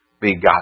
begotten